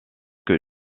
que